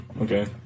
okay